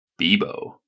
Bebo